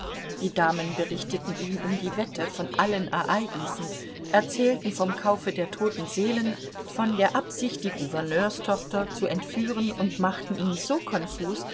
die damen berichteten ihm um die wette von allen ereignissen erzählten vom kaufe der toten seelen von der absicht die gouverneurstochter zu entführen und machten ihn so konfus